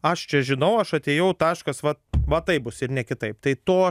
aš čia žinau aš atėjau taškas va va taip bus ir ne kitaip tai to